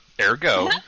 Ergo